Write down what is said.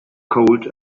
cold